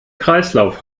kreislauf